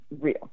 real